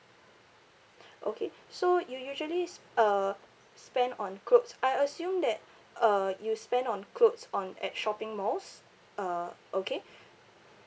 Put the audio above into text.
okay so you usually s~ uh spend on clothes I assume that uh you spend on clothes on at shopping malls uh okay